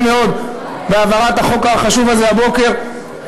מאוד בהעברת החוק החשוב הזה הבוקר,